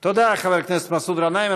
תודה, חבר הכנסת מסעוד גנאים.